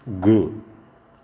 गु